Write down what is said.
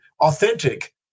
authentic